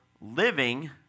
living